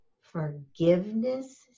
Forgiveness